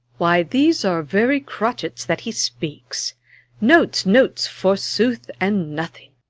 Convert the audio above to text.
why these are very crotchets that he speaks notes, notes, forsooth, and nothing!